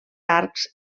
arcs